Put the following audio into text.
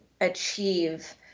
achieve